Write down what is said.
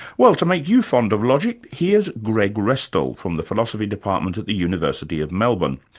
well, to make you fond of logic, here's greg restall, from the philosophy department at the university of melbourne.